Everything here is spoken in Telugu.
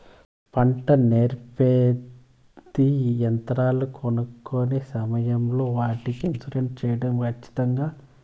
పంట నూర్పిడి యంత్రాలు కొనుక్కొనే సమయం లో వాటికి ఇన్సూరెన్సు సేయడం ఖచ్చితంగా?